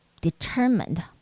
determined